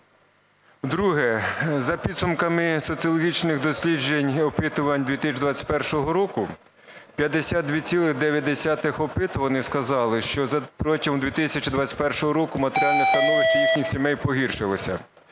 Друге. За підсумками соціологічних досліджень, опитувань, 2021 року, 52,9 опитуваних сказали, що протягом 2021 року матеріальне становище їхніх сімей погіршилося,